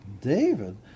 David